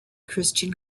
christian